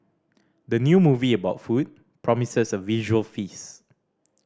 the new movie about food promises a visual feast